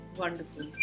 Wonderful